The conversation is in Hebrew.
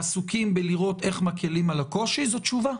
עסוקים בלראות איך מקלים על הקושי" זו תשובה.